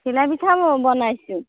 ঘিলা পিঠাও বনাইছোঁ